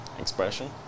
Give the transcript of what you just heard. Expression